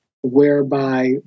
whereby